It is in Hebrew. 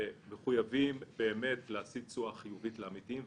מחויבים להשיא תשואה חיובית לעמיתים,